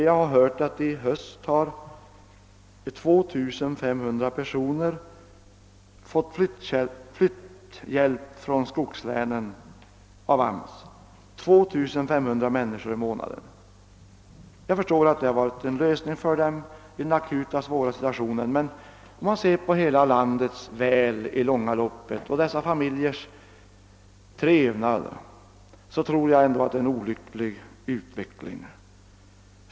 Jag har hört att i höst 2 500 personer i månaden har fått flytthjälp från skogslänen av AMS. Jag förstår att det har varit en lösning för dem i en akut svår situation, men om man ser till landets väl i det långa loppet och dessa familjers trevnad, tror jag ändå att det är en olycklig lösning.